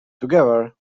together